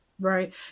Right